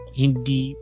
hindi